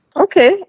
Okay